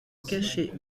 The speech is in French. cachées